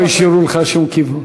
לא השאירו לך שום כיוון.